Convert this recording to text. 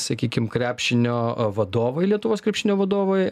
sakykim krepšinio vadovai lietuvos krepšinio vadovai